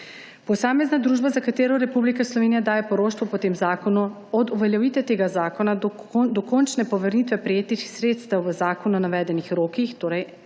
Posamezna družba, za katero Republika Slovenija daje poroštvo po tem zakonu, od uveljavitve tega zakona do dokončne povrnitve prejetih sredstev v zakonu navedenih rokih, torej